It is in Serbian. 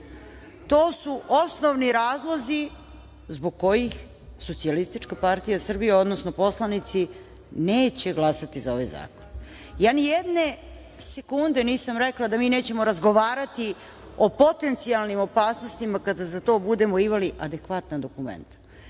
To su osnovni razlozi zbog kojih SPS odnosno poslanici neće glasati za ovaj zakon. Ja nijedne sekunde nisam rekla da mi nećemo razgovarati o potencijalnim opasnostima kada za to budemo imali adekvatna dokumenta.